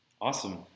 Awesome